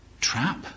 trap